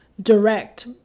Direct